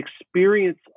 experience